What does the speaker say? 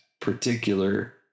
particular